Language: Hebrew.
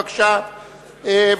בבקשה,